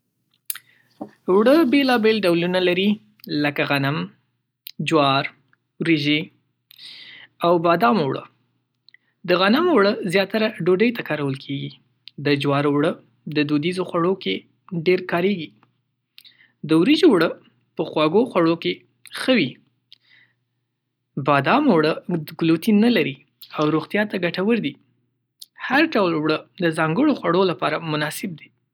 اوړه بېلابېل ډولونه لري لکه غنم، جوار، وريجې، او بادامو اوړه. د غنمو اوړه زیاتره ډوډۍ ته کارول کېږي. د جوارو اوړه دودیزو خوړو کې ډېر کارېږي. د وريجو اوړه په خواږه خوړو کې ښه وي. بادامو اوړه ګلوتن نه لري او روغتیا ته ګټور دي. هر ډول اوړه د ځانګړو خوړو لپاره مناسب دي.